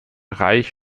reich